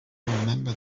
remember